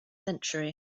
century